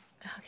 Okay